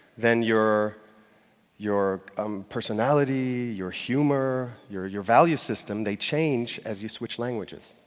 then your your um personality, your humor, your your value system they change as you switch languages.